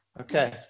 Okay